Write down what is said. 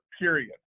period